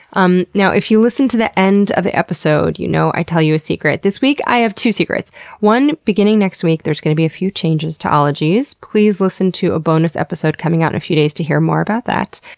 um now, if you listen to the end of the episode, you know i tell you a secret. this week i have two so beginning next week there's going to be a few changes to ologies. please listen to a bonus episode coming out in a few days to hear more about that.